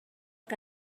que